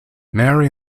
mary